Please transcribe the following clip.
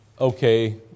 Okay